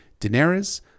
Daenerys